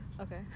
Okay